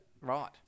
Right